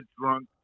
drunk